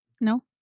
No